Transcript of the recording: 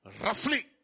Roughly